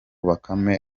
bakame